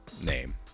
name